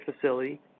facility